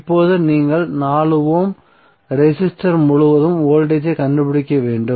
இப்போது நீங்கள் 4 ohm resistor முழுவதும் வோல்டேஜ் ஐக் கண்டுபிடிக்க வேண்டும்